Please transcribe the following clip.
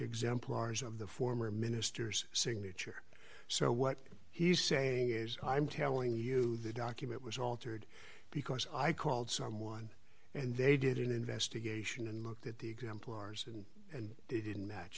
exemplars of the former ministers signature so what he's saying is i'm telling you the document was altered because i called someone and they did an investigation and looked at the exemplars and and they didn't match